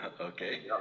Okay